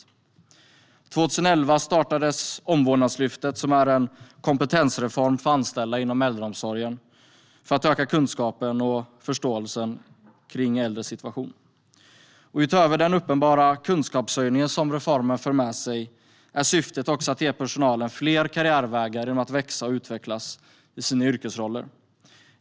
År 2011 startades Omvårdnadslyftet, som är en kompetensreform för anställda inom äldreomsorgen för att öka kunskapen och förståelsen kring äldres situation. Utöver den uppenbara kunskapshöjning som reformen för med sig är syftet också att ge personalen fler karriärvägar genom att de kan växa och utvecklas i sina yrkesroller.